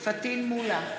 פטין מולא,